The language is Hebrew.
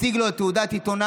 מציג לו את תעודת העיתונאי,